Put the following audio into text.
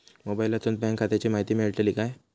मोबाईलातसून बँक खात्याची माहिती मेळतली काय?